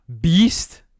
Beast